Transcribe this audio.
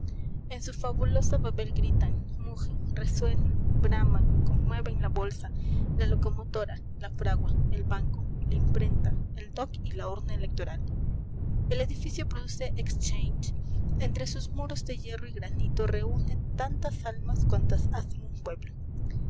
en su fabulosa babel gritan mugen resuenan braman conmueven la bolsa la locomotora la fragua el banco la imprenta el dock y la urna electoral el edificio produce exchange entre sus muros de hierro y granito reúne tantas almas cuantas hacen un pueblo he